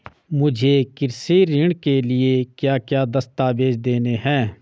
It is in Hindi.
मुझे कृषि ऋण के लिए क्या क्या दस्तावेज़ देने हैं?